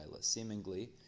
seemingly